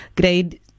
grade